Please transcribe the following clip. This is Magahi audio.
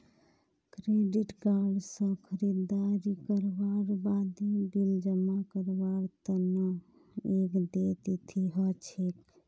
क्रेडिट कार्ड स खरीददारी करवार बादे बिल जमा करवार तना एक देय तिथि ह छेक